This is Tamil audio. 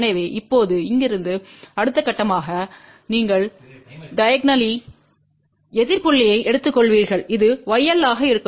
எனவே இப்போது இங்கிருந்து அடுத்த கட்டமாக நீங்கள் டைகோநல்லி எதிர் புள்ளியை எடுத்துக்கொள்வீர்கள் இது yL ஆக இருக்கும்